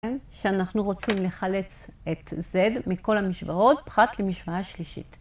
שאנחנו רוצים לחלץ את Z מכל המשוואות, פרט למשוואה שלישית.